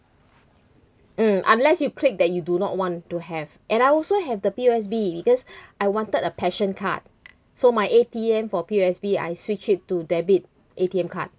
mm unless you click that you do not want to have and I also have the P_O_S_B because I wanted a passion card so my A_T_M for P_O_S_B I switch it to debit A_T_M card